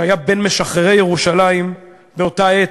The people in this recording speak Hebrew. שהיה בין משחררי ירושלים באותה עת,